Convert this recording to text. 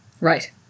Right